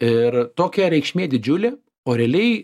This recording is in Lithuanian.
ir tokia reikšmė didžiulė o realiai